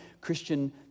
Christian